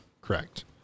Correct